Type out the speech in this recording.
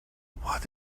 what